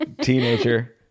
Teenager